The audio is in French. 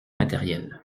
matérielle